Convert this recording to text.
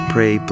Pray